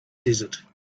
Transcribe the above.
desert